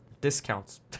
discounts